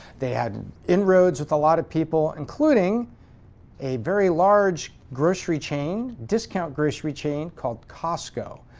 they had inroads with a lot of people, including a very large grocery chain, discount grocery chain, called costco.